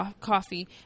coffee